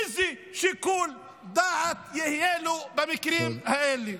איזה שיקול דעת יהיה לו במקרים האלה?